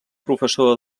professor